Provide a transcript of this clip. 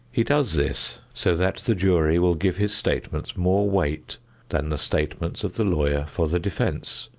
he does this so that the jury will give his statements more weight than the statements of the lawyer for the defense,